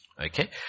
Okay